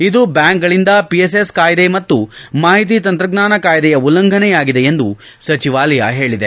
ಇದು ಬ್ಯಾಂಕ್ಗಳಿಂದ ಪಿಎಸ್ಎಸ್ ಕಾಯ್ದೆ ಮತ್ತು ಮಾಹಿತಿ ತಂತ್ರಜ್ಞಾನ ಕಾಯ್ದೆಯ ಉಲ್ಲಂಘನೆಯಾಗಿದೆ ಎಂದು ಸಚಿವಾಲಯ ಹೇಳಿದೆ